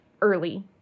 early